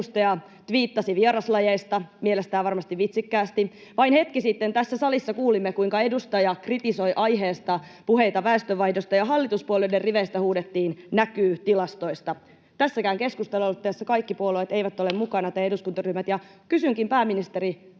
edustaja tviittasi vieraslajeista mielestään varmasti vitsikkäästi. Vain hetki sitten tässä salissa kuulimme, kuinka edustaja kritisoi aiheesta puheita väestönvaihdosta, ja hallituspuolueiden riveistä huudettiin ”näkyy tilastoista”. Tässäkään keskustelualoitteessa kaikki puolueet tai eduskuntaryhmät eivät ole mukana.